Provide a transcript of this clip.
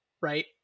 right